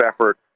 effort